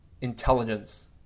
intelligence